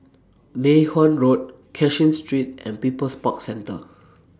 Mei Hwan Road Cashin Street and People's Park Centre